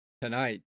Tonight